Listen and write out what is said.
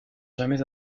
jamais